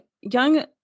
young